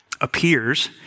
appears